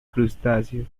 crustáceos